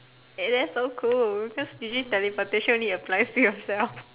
hey that's so cool cause really teleportation need apply free of cell